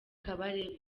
kabarebe